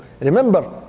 Remember